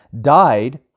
died